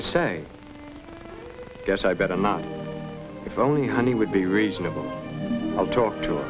i say guess i better not if only honey would be reasonable i'll talk to